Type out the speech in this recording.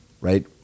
right